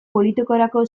politikarako